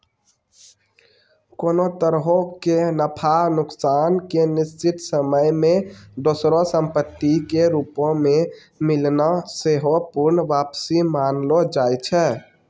कोनो तरहो के नफा नुकसान के निश्चित समय मे दोसरो संपत्ति के रूपो मे मिलना सेहो पूर्ण वापसी मानलो जाय छै